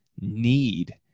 need